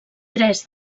tres